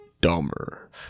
Dumber